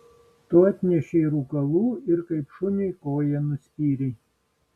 tu atnešei rūkalų ir kaip šuniui koja nuspyrei